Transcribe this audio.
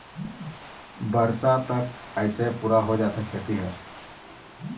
बरसात तक अइसे पुरा हो जाथे खेती ह